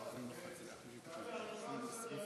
ההצעה להעביר את הצעת חוק למניעת הטרדות של מוקדי חירום (תיקון),